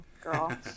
girl